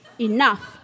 enough